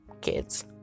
Kids